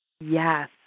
yes